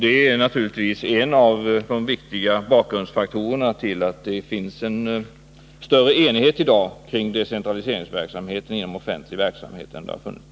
Det är troligen en av de viktigaste orsakerna till att det i dag finns en större enighet kring decentraliseringsverksamheten inom offentlig verksamhet än tidigare.